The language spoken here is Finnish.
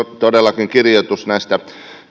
todellakin kirjoitus näistä